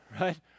right